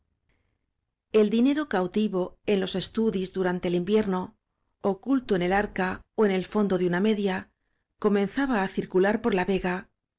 el dinero cautivó en los estudis durante el invierno oculto en el arca ó en el fondo ele una media comenzaba á circular por la vega